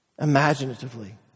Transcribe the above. imaginatively